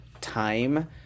time